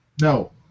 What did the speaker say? No